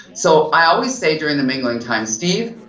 so i always say during the mingling times, steve,